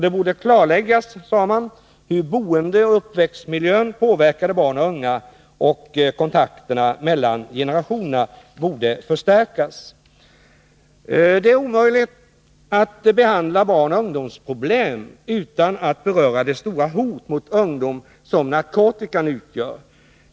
Det borde klarläggas, sade man, hur boendeoch uppväxtmiljön påverkade barn och unga, och kontakterna mellan generationerna borde förstärkas. Det är omöjligt att behandla barnoch ungdomsproblem utan att beröra det stora hot mot ungdomen som narkotikan utgör.